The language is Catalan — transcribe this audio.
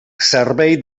servei